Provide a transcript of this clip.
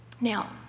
Now